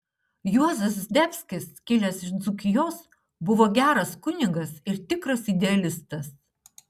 juozas zdebskis kilęs iš dzūkijos buvo geras kunigas ir tikras idealistas